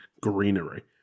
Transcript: greenery